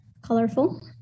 colorful